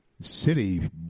city